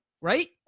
right